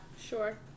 Sure